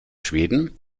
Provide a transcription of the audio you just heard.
schweden